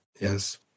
Yes